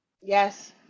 Yes